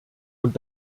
und